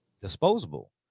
disposable